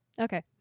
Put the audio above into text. Okay